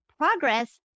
progress